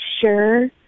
sure